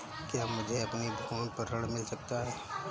क्या मुझे अपनी भूमि पर ऋण मिल सकता है?